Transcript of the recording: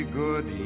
good